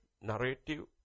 narrative